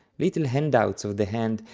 little handouts of the hand,